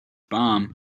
bomb